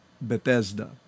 Bethesda